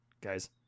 guys